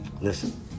Listen